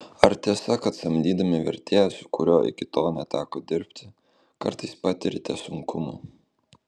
ar tiesa kad samdydami vertėją su kuriuo iki tol neteko dirbti kartais patiriate sunkumų